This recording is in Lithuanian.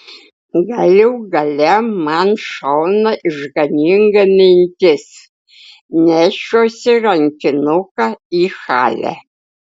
galų gale man šauna išganinga mintis nešiuosi rankinuką į halę